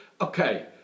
okay